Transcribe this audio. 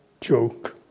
joke